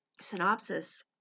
synopsis